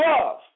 love